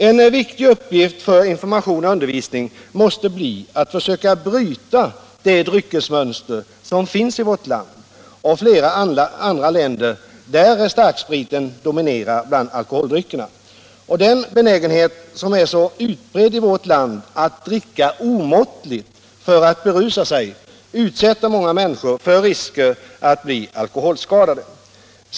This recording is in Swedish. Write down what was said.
En viktig uppgift för information och undervisning måste bli att försöka bryta det dryckesmönster som finns i vårt land och i flera andra länder, där starkspriten dominerar bland alkoholdryckerna. Den benägenhet att dricka omåttligt för att berusa sig som är så utbredd i vårt land utsätter många människor för risker att bli alkoholskadade.